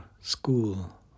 school